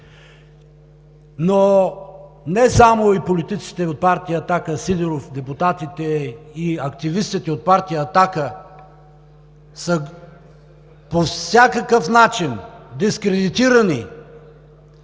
Но не само политиците от партия „Атака“ – Сидеров, депутатите и активистите от партия „Атака“ са по всякакъв начин дискредитирани,